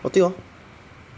orh 对 hor